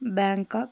Bangkok